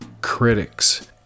critics